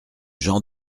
jean